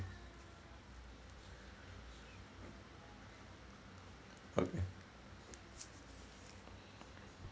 okay